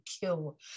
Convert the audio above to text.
kill